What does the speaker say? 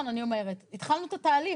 התחלנו את התהליך.